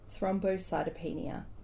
thrombocytopenia